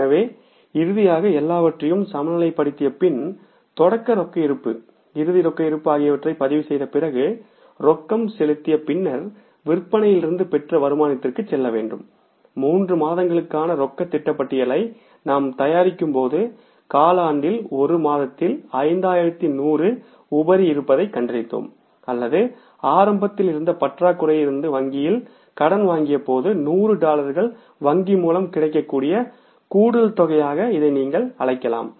எனவே இறுதியாக எல்லாவற்றையும் சமநிலைப்படுத்திய பின் தொடக்க ரொக்க இருப்பு இறுதி ரொக்க இருப்பு ஆகியவற்றை பதிவுசெய்த பிறகு ரொக்கம் செலுத்திய பின்னர் விற்பனையிலிருந்து பெற்ற வருமானத்திற்கு செல்ல வேண்டும் 3 மாதங்களுக்கான ரொக்க திட்ட பட்டியலை நாம் தயாரிக்கும் போது காலாண்டில் ஒரு மாதத்தில் 5100 உபரி இருப்பதைக் கண்டறிந்தோம் அல்லது ஆரம்பத்தில் இருந்த பற்றாக்குறையாக இருந்து வங்கியில் கடன் வாங்கியபோது 100 டாலர்கள் வங்கி மூலம் கிடைக்கக்கூடிய கூடுதல் தொகையாக இதை நீங்கள் அழைக்கலாம்